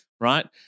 right